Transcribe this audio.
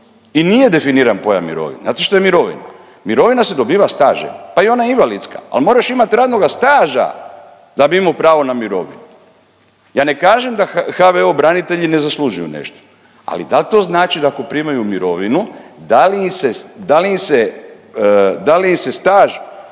i nije definiran pojam mirovine. Znate što je mirovina? Mirovina se dobiva stažem pa i ona invalidska, ali moraš imati radnoga staža da bi imao pravo na mirovinu. Ja ne kažem da HVO branitelji ne zaslužuju nešto. Ali da li to znači da ako primaju mirovinu da li im se staž